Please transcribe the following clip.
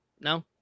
No